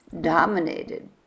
dominated